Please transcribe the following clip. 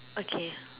okay